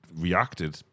reacted